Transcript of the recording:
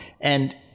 and-